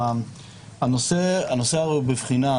הנושא הרי הוא בבחינה,